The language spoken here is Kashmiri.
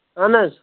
اَہن حظ